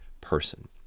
person